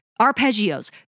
Arpeggios